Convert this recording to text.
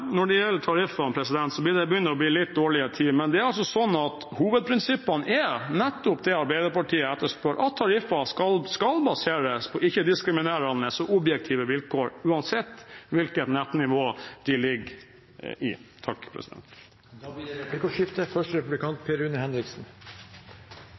Når det gjelder tariffene, begynner jeg å få litt dårlig tid til å snakke om det nå, men hovedprinsippene er nettopp det Arbeiderpartiet etterspør, nemlig at tariffer skal baseres på ikke-diskriminerende og objektive vilkår, uansett hvilket nettnivå de ligger i. Det blir replikkordskifte. Det